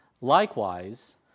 Likewise